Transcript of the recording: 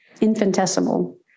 infinitesimal